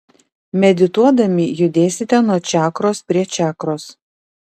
medituodami judėsite nuo čakros prie čakros